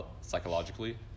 psychologically